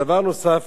דבר נוסף